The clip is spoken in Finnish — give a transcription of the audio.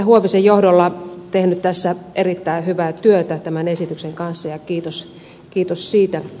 huovisen johdolla tehnyt erittäin hyvää työtä tämän esityksen kanssa ja kiitos siitä